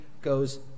goes